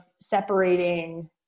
separating